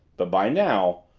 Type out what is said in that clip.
but by now,